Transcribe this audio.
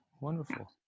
wonderful